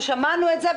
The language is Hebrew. שמענו את זה,